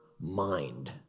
mind